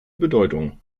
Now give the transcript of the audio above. bedeutung